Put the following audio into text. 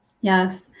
Yes